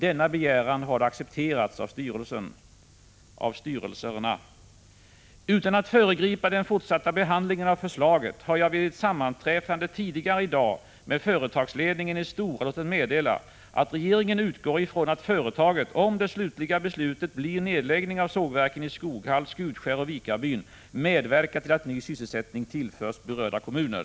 Denna begäran har accepterats av styrelserna. Utan att föregripa den fortsatta behandlingen av förslaget har jag vid ett sammanträffande tidigare i dag med företagsledningen i Stora låtit meddela att regeringen utgår från att företaget, om det slutliga beslutet blir nedläggning av sågverken i Skoghall, Skutskär och Vikarbyn, medverkar till att ny sysselsättning tillförs berörda kommuner.